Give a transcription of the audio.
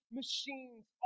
machines